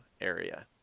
area